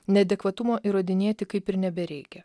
neadekvatumo įrodinėti kaip ir nebereikia